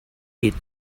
eight